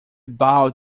bowed